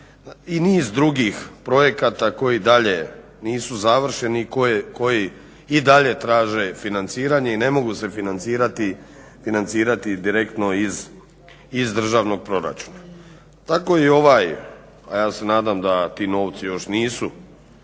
I niz drugih projekata koji dalje nisu završeni i koji i dalje traže financiranje i ne mogu se financirati direktno iz Državnog proračuna. Tako i ovaj, a ja se nadam da ti novci još nisu